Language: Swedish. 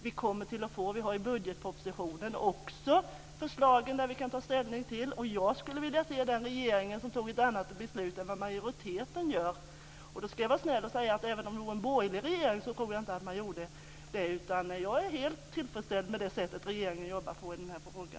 Vi kommer att få förslag i budgetpropositionen som vi kan ta ställning till. Jag skulle vilja se den regering som fattade ett annat beslut än vad majoriteten gör. Då ska jag var snäll och säga att även om det var en borgerlig regering tror jag inte att man gjorde det. Jag är helt tillfredsställd med det sätt som regeringen jobbar på i denna fråga.